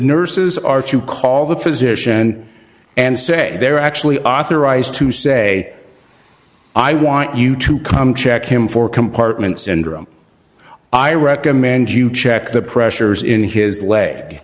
nurses are to call the physician and say they're actually authorized to say i want you to come check him for compartment syndrome i recommend you check the pressures in his leg